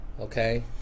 Okay